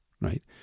right